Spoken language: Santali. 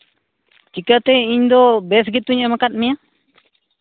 ᱪᱤᱠᱟᱹᱛᱮ ᱤᱧᱫᱚ ᱵᱮᱥ ᱜᱮᱛᱚᱧ ᱮᱢ ᱟᱠᱟᱫ ᱢᱮᱭᱟ